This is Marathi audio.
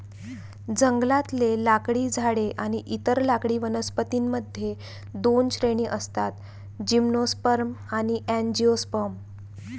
जंगलातले लाकडी झाडे आणि इतर लाकडी वनस्पतीं मध्ये दोन श्रेणी असतातः जिम्नोस्पर्म आणि अँजिओस्पर्म